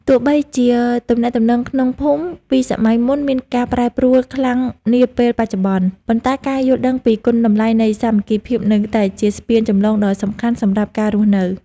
ទោះបីជាទំនាក់ទំនងក្នុងភូមិពីសម័យមុនមានការប្រែប្រួលខ្លាំងនាពេលបច្ចុប្បន្ន ប៉ុន្តែការយល់ដឹងពីគុណតម្លៃនៃសាមគ្គីភាពនៅតែជាស្ពានចម្លងដ៏សំខាន់សម្រាប់ការរស់នៅ។